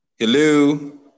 hello